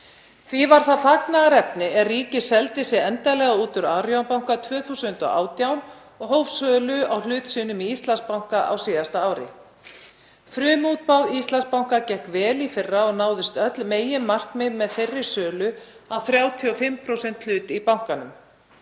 Því var það fagnaðarefni er ríkið seldi sig endanlega út úr Arion banka 2018 og hóf sölu á hlut sínum í Íslandsbanka á síðasta ári. Frumútboð Íslandsbanka gekk vel í fyrra og náðust öll meginmarkmið með þeirri sölu á 35% hlut í bankanum.